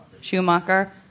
Schumacher